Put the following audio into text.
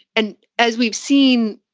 and as we've seen,